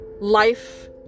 life